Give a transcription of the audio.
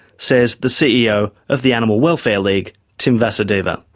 says the ceo of the animal welfare league, tim vasudeva.